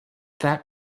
that